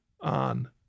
on